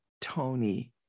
Tony